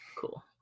Cool